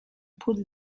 put